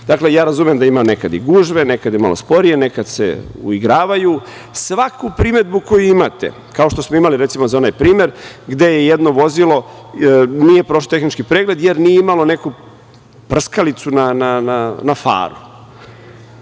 pregleda. Razumem da ima nekada i gužve, nekada je i malo sporije, nekada se uigravaju. Svaku primedbu koju imate, kao što smo imali za onaj primer gde jedno vozilo nije prošlo tehnički pregled jer nije imalo neku prskalicu na faru,